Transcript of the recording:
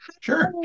Sure